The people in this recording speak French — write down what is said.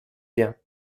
bien